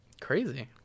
Crazy